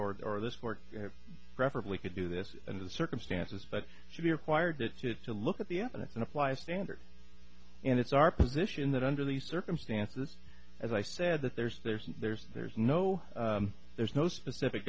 or or this court preferably could do this in the circumstances but should be required to to look at the evidence and apply a standard and it's our position that under these circumstances as i said that there's there's there's there's no there's no specific